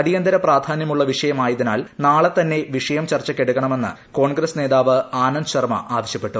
അടിയന്തര പ്രാധാന്യമുള്ള വിഷയമായതിനാൽ നാളെ തന്നെ വിഷയം ചർച്ചയ്ക്കെടുക്കണമെന്ന് കോൺഗ്രസ് നേതാവ് ആനന്ദ് ശർമ്മ ആവശ്യപ്പെട്ടു